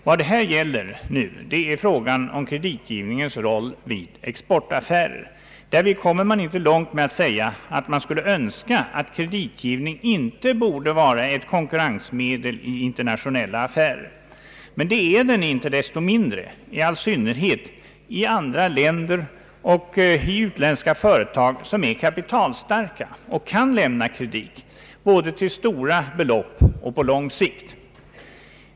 Vad det nu gäller är frågan om kreditgivningens roll vid exportaffärer. Därvid kommer man inte långt med att säga att man skulle önska att kreditgivning inte borde vara ett konkurrensmedel i internationella affärer. Det är den inte desto mindre — i all synnerhet i andra länder och i utländska företag som är kapitalstarka och kan lämna kredit både till stora belopp och på lång sikt.